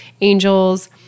angels